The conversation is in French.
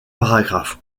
paragraphe